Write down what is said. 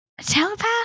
telepath